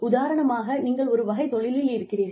உதாரணமாக நீங்கள் ஒரு வகை தொழிலில் இருக்கிறீர்கள்